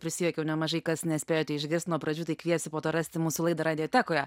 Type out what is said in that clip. prisijuokiau nemažai kas nespėjote išgirst nuo pradžių tai kviesiu po to rasti mūsų laidą radiotekoje